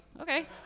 okay